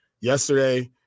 Yesterday